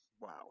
Wow